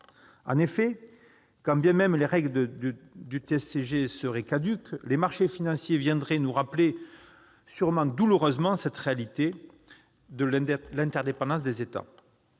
En effet, quand bien même les règles du TSCG seraient caduques, les marchés financiers viendraient nous rappeler, sans doute douloureusement, à cette réalité de l'interdépendance entre les États.